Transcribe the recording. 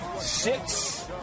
Six